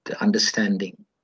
understanding